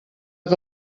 que